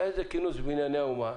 היה איזה כינוס בבנייני האומה,